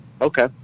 Okay